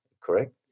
correct